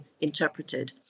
interpreted